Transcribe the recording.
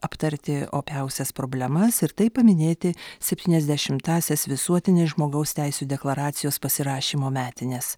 aptarti opiausias problemas ir taip paminėti septyniasdešimtąsias visuotinės žmogaus teisių deklaracijos pasirašymo metines